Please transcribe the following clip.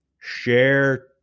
share